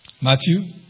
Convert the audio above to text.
Matthew